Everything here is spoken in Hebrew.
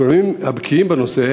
גורמים הבקיאים בנושא